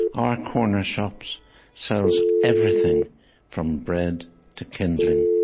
our corner shop sells everything from bread to kindling.